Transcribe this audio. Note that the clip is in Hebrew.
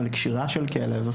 על קשירה של כלב,